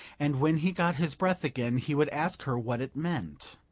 and when he got his breath again he would ask her what it meant.